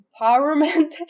empowerment